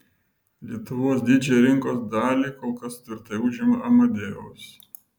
lietuvoje didžiąją rinkos dalį kol kas tvirtai užima amadeus